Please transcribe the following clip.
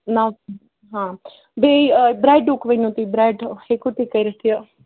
نو بیٚیہِ برٛیڈُک ؤنِو تُہۍ برٛیڈ ہیٚکو تُہۍ کٔرِتھ یہِ